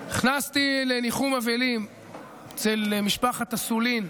נכנסתי לניחום אבלים אצל משפחת אסולין,